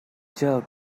jerk